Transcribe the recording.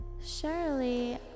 Surely